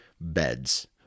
beds